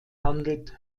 handelt